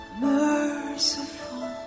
merciful